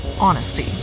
honesty